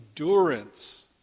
endurance